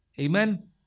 Amen